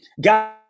God